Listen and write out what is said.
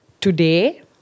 Today